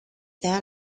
that